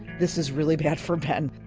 this is really bad for ben,